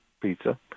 pizza